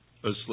asleep